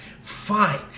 Fine